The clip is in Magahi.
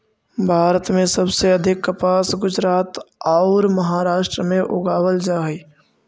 भारत में सबसे अधिक कपास गुजरात औउर महाराष्ट्र में उगावल जा हई